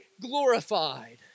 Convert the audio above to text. glorified